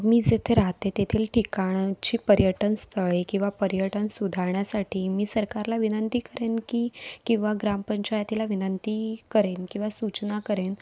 मी जिथे राहते तेथील ठिकाणांची पर्यटन स्थळे किंवा पर्यटन सुधारण्यासाठी मी सरकारला विनंती करेन की किंवा ग्रामपंचायतीला विनंती करेन किंवा सूचना करेन